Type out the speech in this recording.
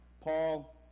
Paul